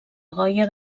goya